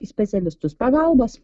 į specialistus pagalbos